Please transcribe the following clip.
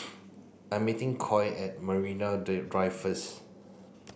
I meeting Coy at Marine Day Drive first